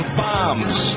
bombs